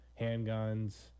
handguns